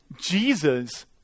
Jesus